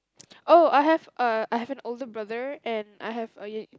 oh I have uh I have an older brother and I have a y~